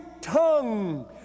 tongue